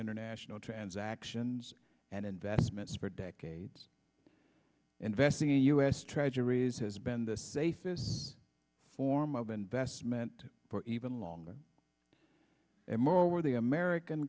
international transactions and investments for decades investing in u s treasuries has been the safe this form of investment for even longer and more where the american